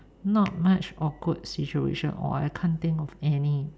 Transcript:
not much awkward situation or I can't think of any